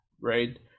Right